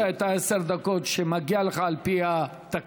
קיבלת את עשר הדקות שמגיעות לך על פי התקנון.